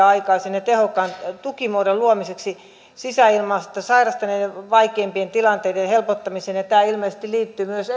aikaisen ja tehokkaan tukimuodon luomiseksi sisäilmasta sairastuneiden vaikeimpien tilanteiden helpottamiseen ja ja tämä ilmeisesti liittyy myös